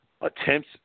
attempts